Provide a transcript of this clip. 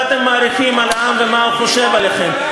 אתם מעריכים על העם ומה הוא חושב עליכם.